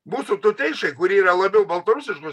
mūsų tuteišai kurie yra labiau baltarusiškos